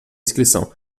inscrição